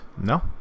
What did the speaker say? No